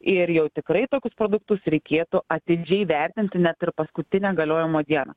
ir jau tikrai tokius produktus reikėtų atidžiai vertinti net ir paskutinę galiojimo dieną